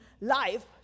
life